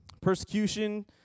Persecution